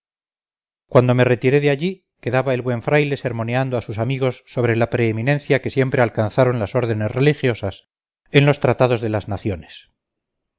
cuando me retiré de allí quedaba el buen fraile sermoneando a sus amigos sobre la preeminencia que siempre alcanzaron las órdenes religiosas en los tratados de las naciones